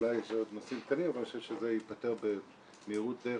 אולי יש עוד נושאים קטנים אבל אני חושב שזה ייפתר במהירות דיי